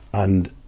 and,